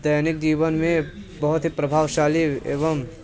दैनिक जीवन में बहुत ही प्रभावशाली एवं